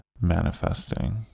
manifesting